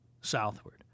southward